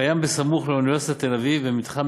לסטודנטים: סמוך לאוניברסיטת תל-אביב יש מתחם